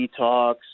detox